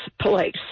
place